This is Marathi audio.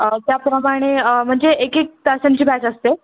त्याप्रमाणे म्हणजे एक एक तासांची बॅच असते